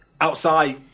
outside